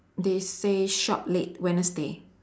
they say shop late wednesday